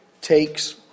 takes